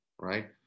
right